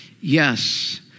yes